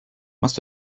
must